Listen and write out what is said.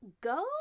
Go